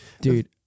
dude